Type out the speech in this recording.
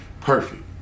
perfect